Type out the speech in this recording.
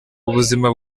ubuzima